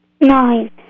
Nine